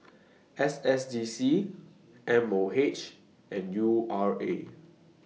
S S D C M O H and U R A